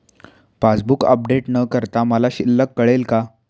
Passbook update न करता मला शिल्लक कळेल का?